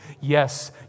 Yes